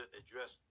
address